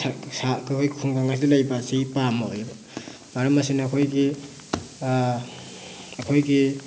ꯑꯩꯈꯣꯏ ꯈꯨꯡꯒꯪ ꯑꯁꯤꯗ ꯂꯩꯕ ꯑꯁꯤ ꯞꯥꯝꯃꯣꯏꯕ ꯃꯔꯝ ꯑꯁꯤꯅ ꯑꯩꯈꯣꯏꯒꯤ ꯑꯩꯈꯣꯏꯒꯤ